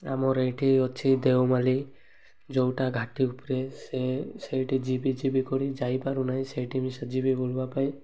ଆମର ଏଇଠି ଅଛି ଦେଓମାଳି ଯେଉଁଟା ଘାଟି ଉପରେ ସେ ସେଇଠି ଯିବି ଯିବି କରି ଯାଇପାରୁ ନାହିଁ ସେଇଠି ମିଶା ଯିବି ବୁଲିବା ପାଇଁ